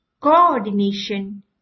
coordination